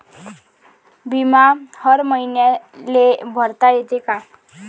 बिमा हर मईन्याले भरता येते का?